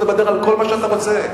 תדבר על כל מה שאתה רוצה.